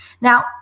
now